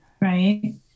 right